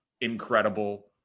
incredible